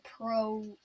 Pro